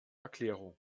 erklärung